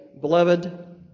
Beloved